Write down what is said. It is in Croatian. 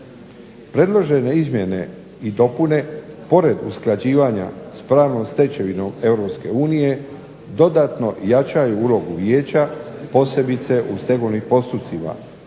Predložene izmjene i dopune pored usklađivanja s pravnom stečevinom EU dodatno jačaju ulogu vijeća, posebice u stegovnim postupcima.